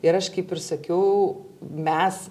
ir aš kaip ir sakiau mes